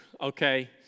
okay